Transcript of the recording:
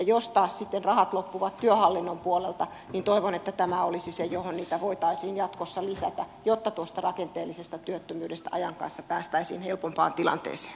jos taas rahat loppuvat työhallinnon puolelta niin toivon että tämä olisi se johon niitä voitaisiin jatkossa lisätä jotta rakenteellisesta työttömyydestä ajan kanssa päästäisiin helpompaan tilanteeseen